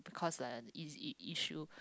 cause like an i~ issue